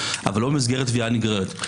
אבל לא במסגרת תביעה נגררת.